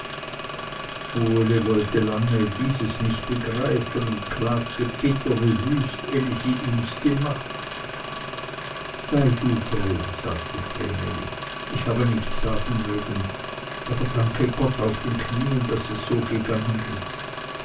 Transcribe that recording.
uli wollte lange dieses nicht begreifen und klagte bitter wie wüst elisi ihms gemacht sei du froh sagte vreneli ich habe nichts sagen mögen aber danke gott auf den knieen daß es so gegangen ist